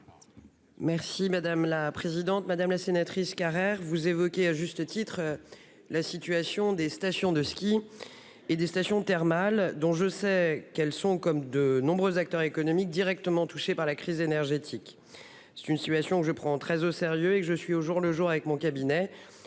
Merci madame la présidente, madame la sénatrice Carrère vous évoquez à juste titre. La situation des stations de ski et des stations thermales, dont je sais qu'elles sont comme de nombreux acteurs économiques directement touchés par la crise énergétique. C'est une situation je prends très au sérieux et que je suis au jour le jour avec mon cabinet